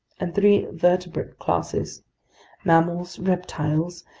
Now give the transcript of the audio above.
and three vertebrate classes mammals, reptiles,